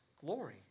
glory